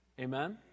Amen